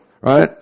right